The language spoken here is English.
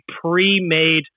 pre-made